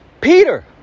Peter